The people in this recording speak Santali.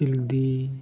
ᱥᱤᱞᱫᱤ